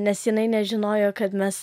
nes jinai nežinojo kad mes